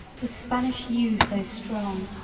with spanish yew so strong,